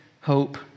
hope